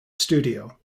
studio